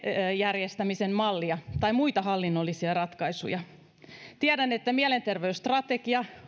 järjestämisen mallia tai muita hallinnollisia ratkaisuja tiedän että mielenterveysstrategia